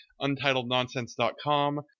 untitlednonsense.com